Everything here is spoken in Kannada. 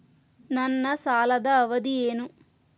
ನನ್ನ ಸಾಲದ ಅವಧಿ ಏನು?